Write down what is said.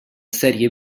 serie